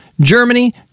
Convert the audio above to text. Germany